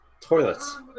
toilets